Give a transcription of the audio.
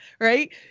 right